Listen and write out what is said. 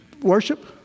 Worship